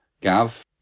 Gav